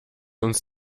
uns